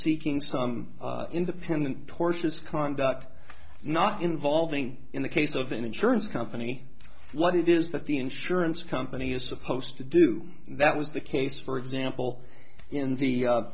seeking some independent tortious conduct not involving in the case of an insurance company what it is that the insurance company is supposed to do that was the case for example in the